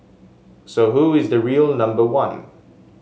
so who is the real number one